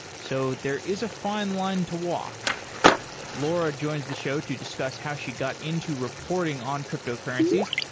so there is a fine line to walk laura joins the show to discuss how she got into reporting on cryptocurrencies,